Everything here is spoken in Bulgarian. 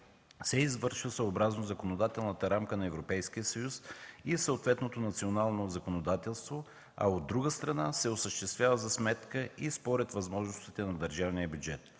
се извършва съобразно законодателната рамка на Европейския съюз и съответното национално законодателство, а, от друга страна, се осъществява за сметка и според възможностите на държавния бюджет.